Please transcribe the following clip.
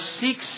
seeks